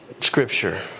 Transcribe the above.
scripture